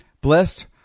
Blessed